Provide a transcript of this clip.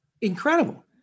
Incredible